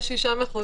יש 6 מחוזות.